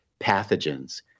pathogens